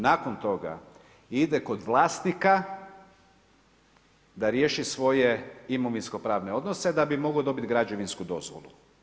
Nakon toga ide kod vlasnika da riješi svoje imovinsko-pravne odnose da bi mogao dobiti građevinsku dozvolu.